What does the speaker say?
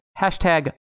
Hashtag